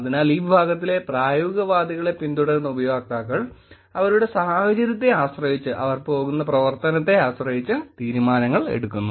അതിനാൽ ഈ വിഭാഗത്തിലെ പ്രായോഗികവാദികളെ പിന്തുടരുന്ന ഉപയോക്താക്കൾ അവരുടെ സാഹചര്യത്തെ ആശ്രയിച്ച് അവർ പോകുന്ന പ്രവർത്തനത്തെ ആശ്രയിച്ച് തീരുമാനങ്ങൾ എടുക്കുന്നു